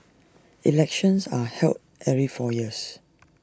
elections are held every four years